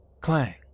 Clang